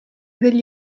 degli